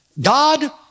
God